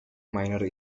minor